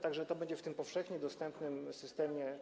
Tak że to będzie w tym powszechnie dostępnym systemie.